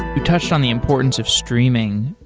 you touched on the importance of streaming,